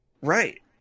Right